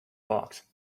box